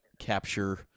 capture